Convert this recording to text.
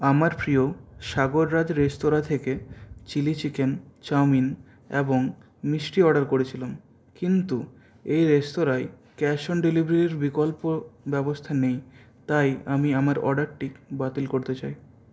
আমার প্রিয় সাগররাজ রেস্তোরাঁ থেকে চিলি চিকেন চাউমিন এবং মিষ্টি অর্ডার করেছিলাম কিন্তু এই রেস্তোরাঁয় ক্যাশ অন ডেলিভারির বিকল্প ব্যবস্থা নেই তাই আমি আমার অর্ডারটি বাতিল করতে চাই